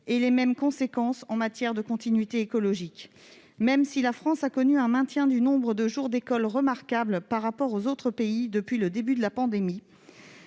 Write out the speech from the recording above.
et les mêmes conséquences en matière de continuité pédagogique. Même si la France a connu un maintien du nombre de jours d'école remarquable par rapport aux autres pays depuis le début de la pandémie,